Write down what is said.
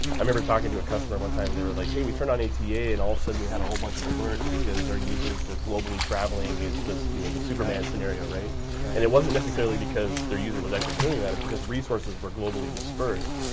i remember talking to a customer one time they were like hey, we turn on a ata, yeah and all sudden we had a whole bunch of alerts. because our users were globally traveling it this you know the superman scenario, right? and it wasn't necessarily because their user was actually doing that it's because resources were globally dispersed.